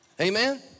Amen